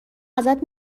ازت